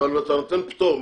אבל אתה נותן פטור.